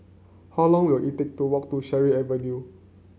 how long will it take to walk to Cherry Avenue